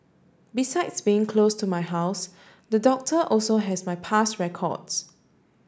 besides being close to my house the doctor also has my past records